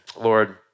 Lord